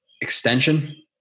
extension